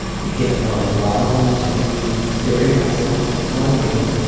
you've given her a lot of room to grieve very messily on you.